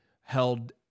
held